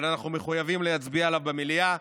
אבל אנחנו מחויבים להצביע עליו במליאה,